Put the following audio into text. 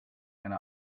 eine